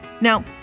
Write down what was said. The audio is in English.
Now